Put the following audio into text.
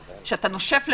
שאתה נושף למשהו,